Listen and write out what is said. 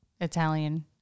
Italian